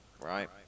right